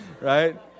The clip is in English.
right